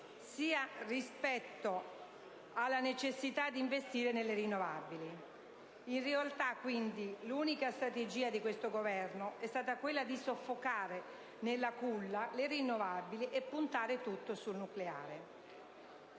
sia rispetto alla necessità di investire nelle rinnovabili. In realtà, quindi, l'unica strategia di questo Governo è stata quella di soffocare nella culla le rinnovabili e puntare tutto sul nucleare.